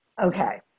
Okay